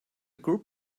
group